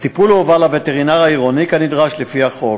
הטיפול הועבר לווטרינר העירוני, כנדרש לפי החוק.